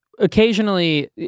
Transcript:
occasionally